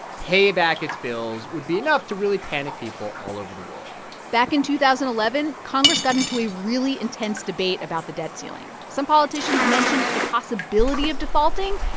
pay back its bills would be enough to really panic people all over the world back in two thousand and eleven, congress got into a really intense debate about the debt ceiling. some politicians mentioned the possibility of defaulting,